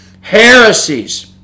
heresies